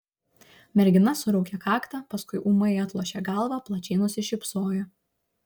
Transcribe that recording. mergina suraukė kaktą paskui ūmai atlošė galvą plačiai nusišypsojo